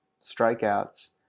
strikeouts